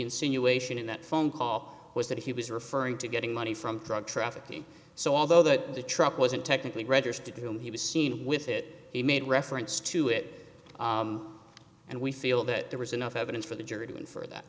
insinuation in that phone call was that he was referring to getting money from drug trafficking so although that the truck wasn't technically registered to him he was seen with it he made reference to it and we feel that there was enough evidence for the jury to infer that